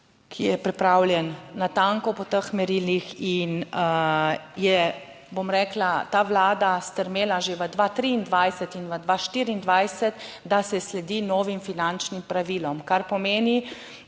ki je pripravljen natanko po teh merilih in je, bom rekla, ta vlada strmela že v 2023 in v 2024, da se sledi novim finančnim pravilom, kar pomeni,